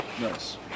Nice